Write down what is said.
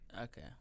Okay